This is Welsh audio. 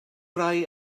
rhai